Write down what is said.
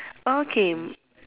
okay